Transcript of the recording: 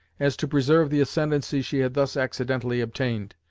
as to preserve the ascendancy she had thus accidentally obtained,